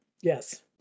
Yes